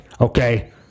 okay